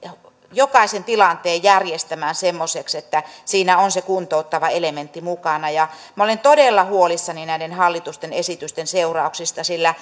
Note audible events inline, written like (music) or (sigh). jokaisen tilanteen järjestämään semmoiseksi että siinä on se kuntouttava elementti mukana minä olen todella huolissani näiden hallitusten esitysten seurauksista sillä (unintelligible)